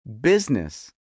business